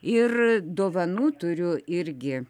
ir dovanų turiu irgi